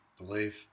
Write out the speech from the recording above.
belief